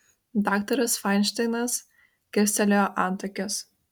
daktaras fainšteinas kilstelėjo antakius